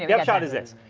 yeah upshot is this.